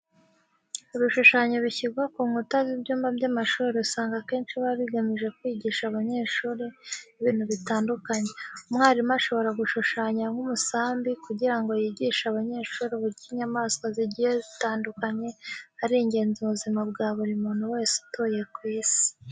Ibishushanyo bishyirwa ku nkuta z'ibyumba by'amashuri usanga akenshi biba bigamije kwigisha abanyeshuri ibintu bitandukanye. Umwarimu ashobora gushushanya nk'umusambi kugira ngo yigishe abanyeshuri uburyo inyamaswa zigiye zitandukanye ari ingenzi mu buzima bwa buri muntu wese utuye ku isi.